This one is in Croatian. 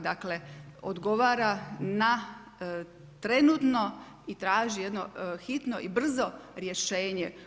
Dakle, odgovara na trenutno i traži jedno hitno i brzo rješenje.